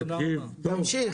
גפני,